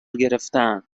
گرفتهاند